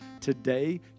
Today